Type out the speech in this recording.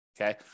okay